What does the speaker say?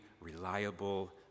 reliable